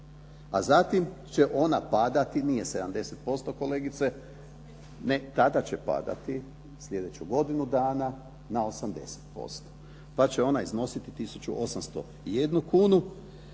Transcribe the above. A zatim će ona padati, nije 70% kolegice, ne, tada će padati, sljedećih godinu dana na 80% pa će ona iznositi 1801 kunu,